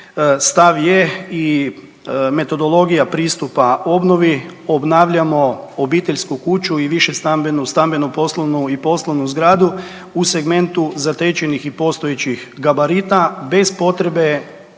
stav je i metodologija pristupa obnovi, obnavljamo obiteljsku kuću i višestambenu, stambeno-poslovnu i poslovnu zgradu u segmentu zatečenih i postojećih gabarita, bez potrebe